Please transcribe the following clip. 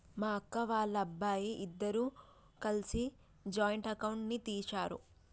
మా అక్క, వాళ్ళబ్బాయి ఇద్దరూ కలిసి జాయింట్ అకౌంట్ ని తీశారు